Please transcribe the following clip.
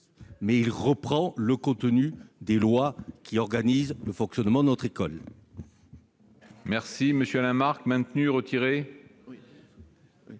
mais il reprendra néanmoins le contenu des lois qui organisent le fonctionnement de notre école.